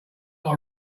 not